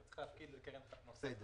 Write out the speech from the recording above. לתת הלוואות בתנאים מצוינים.